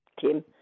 Tim